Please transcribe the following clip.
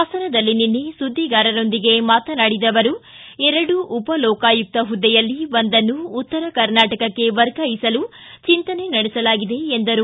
ಪಾಸನದಲ್ಲಿ ನಿನ್ನೆ ಸುದ್ವಿಗಾರರೊಂದಿಗೆ ಮಾತನಾಡಿದ ಅವರು ಎರಡು ಉಪ ಲೋಕಾಯುಕ್ತ ಹುದ್ವೆಯಲ್ಲಿ ಒಂದನ್ನು ಉತ್ತರ ಕರ್ನಾಟಕಕ್ಕೆ ವರ್ಗಾಯಿಸಲು ಚಿಂತನೆ ನಡೆಸಲಾಗಿದೆ ಎಂದರು